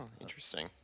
Interesting